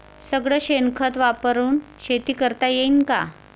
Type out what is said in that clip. सगळं शेन खत वापरुन शेती करता येईन का?